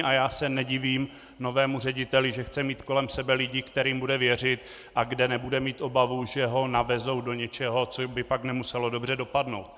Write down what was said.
A já se nedivím novému řediteli, že chce mít kolem sebe lidi, kterým bude věřit a kde nebude mít obavu, že ho navezou do něčeho, co by pak nemuselo dobře dopadnout.